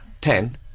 Ten